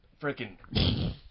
freaking